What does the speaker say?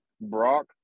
Brock